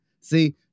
See